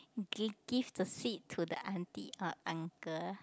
gi~ give the seat to the aunty or uncle